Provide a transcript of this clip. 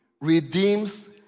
redeems